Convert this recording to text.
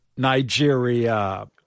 Nigeria